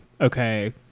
okay